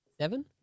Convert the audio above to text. Seven